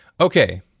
Okay